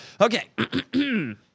Okay